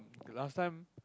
last time